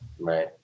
Right